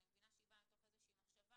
אני מבינה שהיא באה מתוך איזושהי מחשבה,